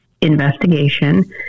investigation